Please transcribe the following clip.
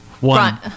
one